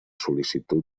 sol·licitud